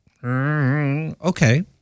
Okay